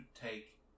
take